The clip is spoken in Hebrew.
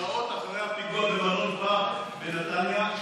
ב-28 במרץ, שעות אחרי הפיגוע במלון פארק בנתניה,